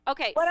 Okay